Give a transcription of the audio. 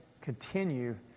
continue